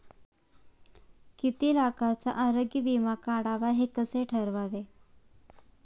किती लाखाचा आरोग्य विमा काढावा हे कसे ठरवावे?